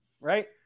right